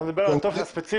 אתה מדבר על טופס ספציפי?